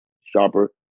sharper